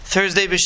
Thursday